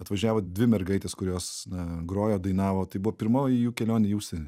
atvažiavo dvi mergaitės kurios na grojo dainavo tai buvo pirmoji jų kelionė į užsienį